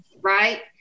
right